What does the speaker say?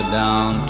down